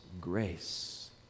grace